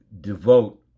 devote